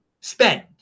spend